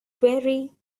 very